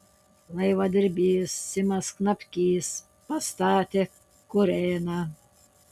laivadirbys simas knapkys pastatė kurėną